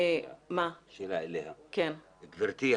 גברתי,